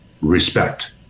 respect